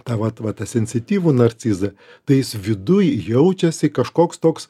tą vat vat esensityvų narcizą tai jis viduj jaučiasi kažkoks toks